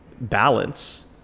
balance